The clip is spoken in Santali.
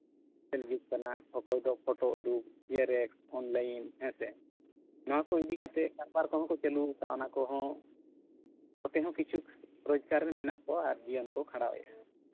ᱦᱤᱡᱩᱜ ᱠᱟᱱᱟ ᱚᱠᱚᱭ ᱫᱚ ᱯᱷᱳᱴᱳ ᱟᱹᱨᱩᱵᱽ ᱡᱮᱨᱮᱠᱥ ᱚᱱᱞᱟᱭᱤᱱ ᱦᱮᱸᱥᱮ ᱱᱚᱣᱟ ᱠᱚ ᱤᱫᱤ ᱠᱟᱛᱮ ᱱᱟᱢᱵᱟᱨ ᱠᱚᱦᱚᱸ ᱠᱚ ᱪᱟᱹᱞᱩᱣᱟᱠᱟᱜᱼᱟ ᱚᱱᱟ ᱠᱚᱦᱚᱸ ᱠᱟᱛᱮ ᱦᱚᱸ ᱠᱤᱪᱷᱩ ᱨᱳᱡᱽᱜᱟᱨ ᱢᱮᱱᱟᱜ ᱠᱚᱣᱟ ᱟᱨ ᱡᱤᱭᱚᱱ ᱠᱚ ᱠᱷᱟᱸᱰᱟᱣᱮᱜᱼᱟ